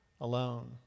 alone